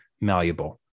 malleable